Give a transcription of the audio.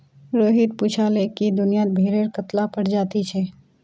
रोहित पूछाले कि दुनियात भेडेर कत्ला प्रजाति छे